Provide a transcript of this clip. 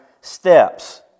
steps